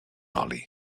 oli